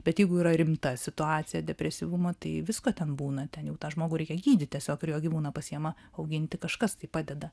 bet jeigu yra rimta situacija depresyvumo tai visko ten būna ten jau tą žmogų reikia gydyti tiesiog ir jo gyvūną pasiima auginti kažkas tai padeda